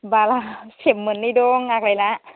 बाला सेक मोन्नै दं आग्लायना